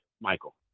Michael